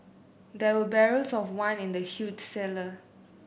there were barrels of wine in the huge cellar